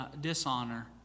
dishonor